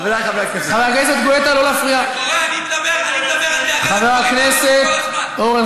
חברי חברי הכנסת, חבר הכנסת גואטה, לא להפריע.